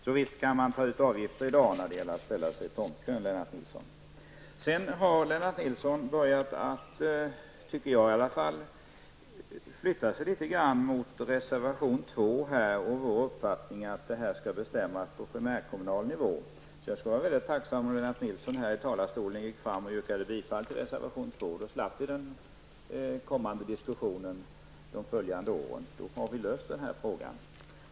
Så visst kan man ta ut avgifter i dag när det gäller att ställa sig i tomtkön, Lennart Nilsson. Jag tycker att Lennart Nilsson litet grand har börjat närma sig vår uppfattning i reservation 2, att det här skall bestämmas på primärkommunal nivå. Jag skulle därför vara mycket tacksam om Lennart Nilsson gick upp i talarstolen och yrkade bifall till reservation 2. Då skulle vi slippa denna diskussion under de följande åren. Då har vi löst denna fråga.